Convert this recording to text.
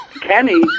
Kenny